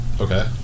Okay